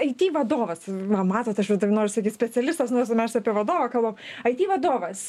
aiti vadovas va matot aš vis dar noriu sakyt specialistas nors mes apie vadovą kalbam aiti vadovas